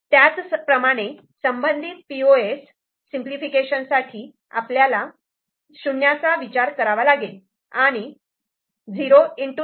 त्याचप्रमाणे संबंधित P O S POS product of sum simplification साठी आपल्याला '0' चा विचार करावा लागेल आणि 0